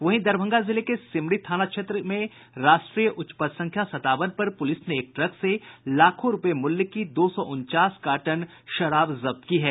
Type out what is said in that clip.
वहीं दरभंगा जिले के सिमरी थाना क्षेत्र में राष्ट्रीय उच्च पथ संख्या संतावन पर प्रलिस ने एक ट्रक से लाखों रूपये मूल्य की दो सौ उनचास कार्टन शराब जब्त की है